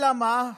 אלא מה?